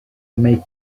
make